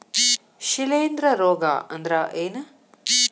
ಶಿಲೇಂಧ್ರ ರೋಗಾ ಅಂದ್ರ ಏನ್?